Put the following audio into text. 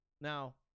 Now